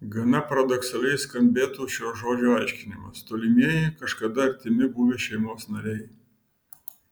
gana paradoksaliai skambėtų šio žodžio aiškinimas tolimieji kažkada artimi buvę šeimos nariai